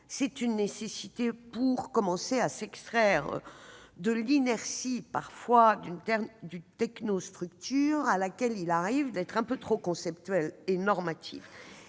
C'est une nécessité pour commencer à s'extraire de l'inertie de la technostructure administrative à laquelle il arrive d'être un peu trop conceptuelle et normative.